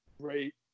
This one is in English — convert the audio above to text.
Great